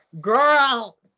girl